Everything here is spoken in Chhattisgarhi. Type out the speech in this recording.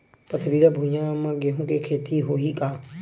पथरिला भुइयां म गेहूं के खेती होही का?